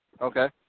Okay